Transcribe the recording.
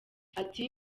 ati